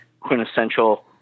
quintessential